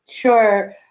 Sure